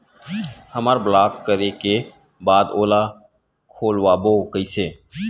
हमर ब्लॉक करे के बाद ओला खोलवाबो कइसे?